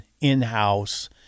in-house